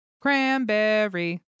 cranberry